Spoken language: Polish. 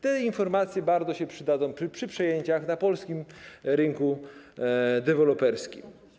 Te informacje bardzo przydadzą się przy przejęciach na polskim rynku deweloperskim.